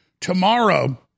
Tomorrow